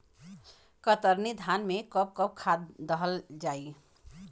कतरनी धान में कब कब खाद दहल जाई?